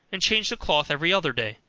and changing the cloth every other day,